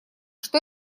что